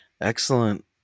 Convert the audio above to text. Excellent